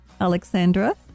Alexandra